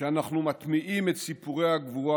כשאנחנו מטמיעים את סיפורי הגבורה